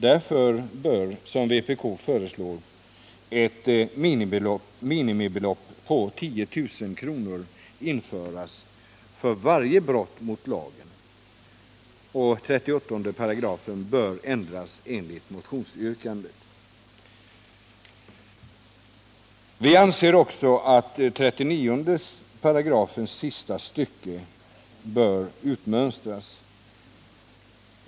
Därför bör — som vpk föreslår — ett minimibelopp på 10 000 kr. införas för varje brott mot lagen. 38 § bör ändras enligt motionsyrkandet. Vpk anser också att 39 § sista stycket bör utmönstras.